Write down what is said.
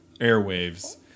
airwaves